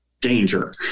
danger